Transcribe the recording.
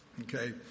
Okay